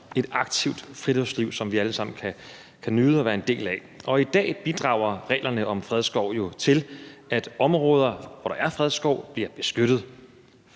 et aktivt friluftsliv, som vi alle sammen kan nyde og være en del af. I dag bidrager reglerne om fredskov jo til, at områder, hvor der er fredskov, bliver beskyttet.